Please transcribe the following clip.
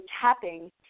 tapping